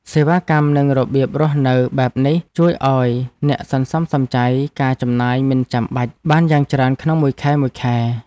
សេវាកម្មនិងរបៀបរស់នៅបែបនេះជួយឱ្យអ្នកសន្សំសំចៃការចំណាយមិនចាំបាច់បានយ៉ាងច្រើនក្នុងមួយខែៗ។